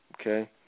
Okay